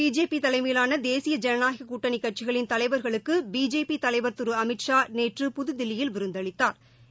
பிஜேபிதலைமையிலானதேசிய ஜனநாயகக் கூட்டணிகட்சிகளின் தலைவா்களுக்குபிஜேபிதலைவர் திருஅமித்ஷா நேற்று புதுதில்லியில் விருந்தளித்தாா்